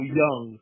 young